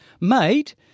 Mate